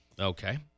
Okay